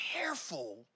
careful